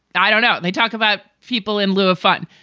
i don't know. they talk about people in lieu of fun.